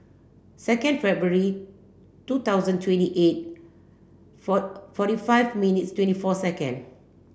second February two thousand twenty eight four forty five minutes twenty four second